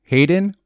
Hayden